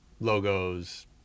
logos